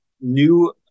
new